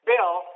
Bill